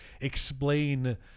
explain